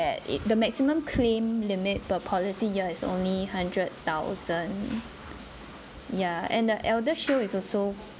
the maximum claim limit per policy year is only hundred thousand yeah and the ElderShield is also